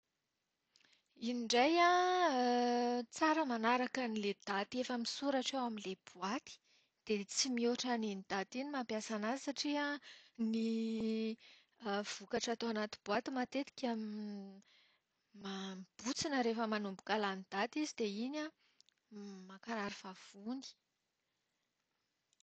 Iny indray an, tsara manaraka an'ilay daty efa misoratra eo amin'ilay boaty. Dia tsy mihoatra an'in ydaty iny mampiasa anazy satria an, ny vokatra atao anaty boaty matetika ma- mibontsina rehefa manomboka lany daty izy dia iny an, mankarary vavony.